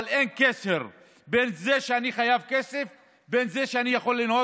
אבל אין קשר בין זה שאני חייב כסף לבין זה שאני יכול לנהוג